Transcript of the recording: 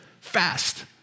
fast